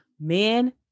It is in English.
Men